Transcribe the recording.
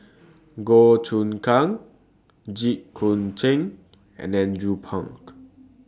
Goh Choon Kang Jit Koon Ch'ng and Andrew Phang